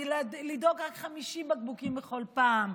ולדאוג רק ל-50 בקבוקים בכל פעם.